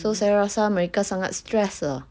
so saya rasa mereka sangat stress lah